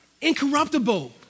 Incorruptible